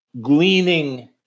gleaning